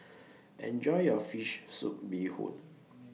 Enjoy your Fish Soup Bee Hoon